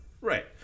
Right